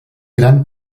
gran